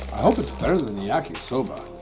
i hope it's better than the yakisoba